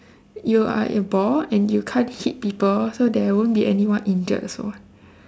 you are a ball and you can't hit people so there won't be anyone injured also [what]